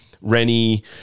Rennie